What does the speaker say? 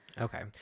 Okay